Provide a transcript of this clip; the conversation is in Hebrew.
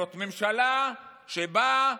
זאת ממשלה שבאה,